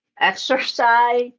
exercise